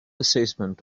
assessment